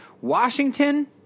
Washington